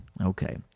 Okay